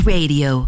Radio